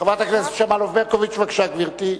חברת הכנסת שמאלוב-ברקוביץ, בבקשה, גברתי.